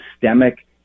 systemic